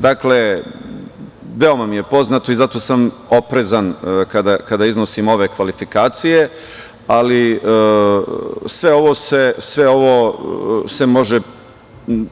Dakle, veoma mi je poznato i zato sam oprezan kada iznosim ove kvalifikacije, ali sve ovo se može